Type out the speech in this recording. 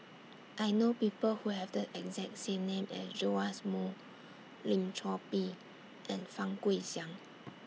I know People Who Have The exact name as Joash Moo Lim Chor Pee and Fang Guixiang